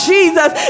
Jesus